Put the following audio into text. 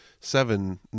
seven